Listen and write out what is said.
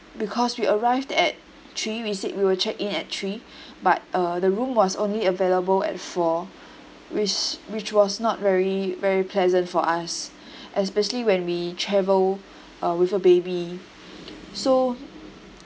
because we arrived at three we said we will check in at three but uh the room was only available at four which which was not very very pleasant for us especially when we travel uh with a baby so